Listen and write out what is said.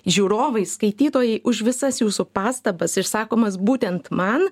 žiūrovai skaitytojai už visas jūsų pastabas išsakomas būtent man